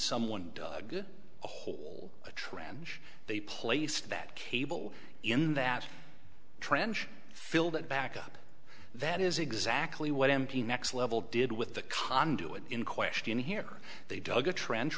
someone good a hole a trench they placed that cable in that trench filled it back up that is exactly what m p next level did with the conduit in question here they dug a trench